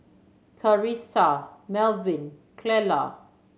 Charissa Melvyn Clella